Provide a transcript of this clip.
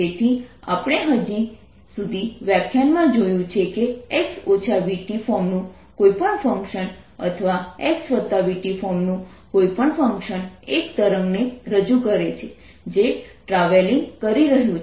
તેથી આપણે હજી સુધી વ્યાખ્યાનમાં જોયું છે કે x vt ફોર્મ નું કોઈપણ ફંકશન અથવા xvt ફોર્મ નું કોઈ ફંકશન એક તરંગને રજૂ કરે છે જે ટ્રાવેલિંગ કરી રહ્યું છે